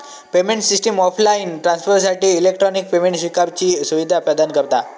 payment system offline ट्रांसफरसाठी electronic payment स्विकारुची सुवीधा प्रदान करता